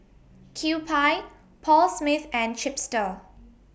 Kewpie Paul Smith and Chipster